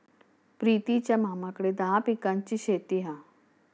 प्रितीच्या मामाकडे दहा पिकांची शेती हा